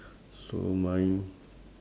so mine